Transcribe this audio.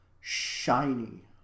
shiny